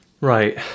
Right